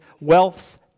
wealth's